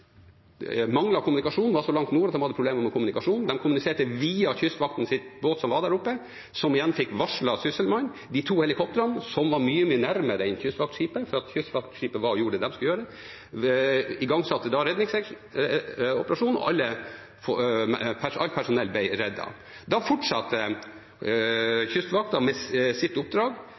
hadde problemer med kommunikasjonen. De kommuniserte via Kystvaktens båt som var der oppe, som igjen fikk varslet Sysselmannen. De to helikoptrene, som var mye nærmere enn kystvaktskipet – kystvaktskipet var og gjorde det de skulle gjøre – igangsatte en redningsoperasjon, og alt personell ble reddet. Da fortsatte Kystvakten sitt oppdrag, mens KV «Svalbard» «scramblet» mannskapet sitt,